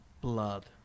blood